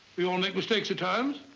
we all make mistakes at times.